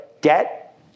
debt